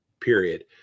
period